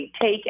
take